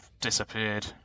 disappeared